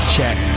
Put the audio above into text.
Check